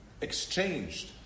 exchanged